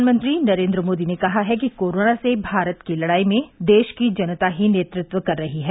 प्रधानमंत्री नरेन्द्र मोदी ने कहा है कि कोरोना से भारत की लड़ाई में देश की जनता ही नेतृत्व कर रही है